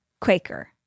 Quaker